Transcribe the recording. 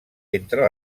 entre